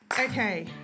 Okay